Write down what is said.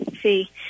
See